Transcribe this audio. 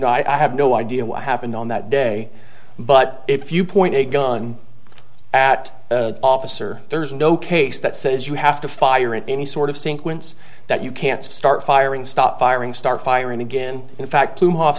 know i have no idea what happened on that day but if you point a gun at the officer there's no case that says you have to fire at any sort of scene quints that you can't start firing stop firing start firing again in fact